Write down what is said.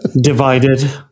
Divided